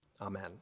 Amen